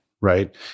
right